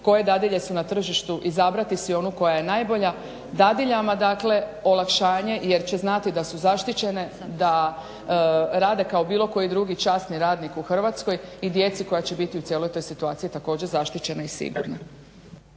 koje dadilje su na tržištu, izabrati si onu koja je najbolja. Dadiljama dakle olakšanje, jer će znati da su zaštićene, da rade kao bilo koji drugi časni radnik u Hrvatskoj i djeci koja će biti u cijeloj toj situaciji također zaštićena i sigurna.